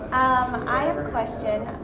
i have a question.